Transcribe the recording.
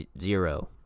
Zero